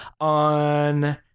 On